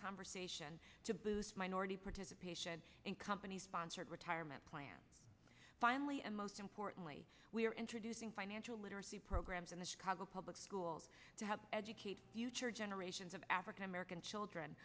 conversation to boost minority participation in company sponsored retirement plan finally and most importantly we are introducing financial literacy programs in the chicago public schools to help educate or generations of african american children